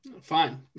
fine